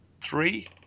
three